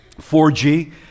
4G